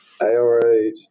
ARH